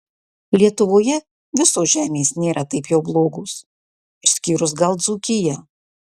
lietuvoje visos žemės nėra taip jau blogos išskyrus gal dzūkiją